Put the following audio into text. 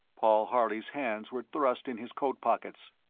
paul harley's hands were thrust in his coat pockets,